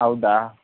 ಹೌದಾ